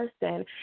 person